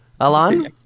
alan